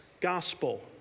gospel